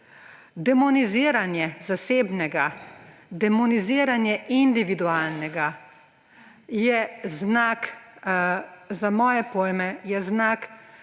Demoniziranje zasebnega, demoniziranje individualnega je za moje pojme znak